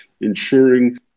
ensuring